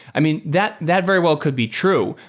i mean, that that very well could be true,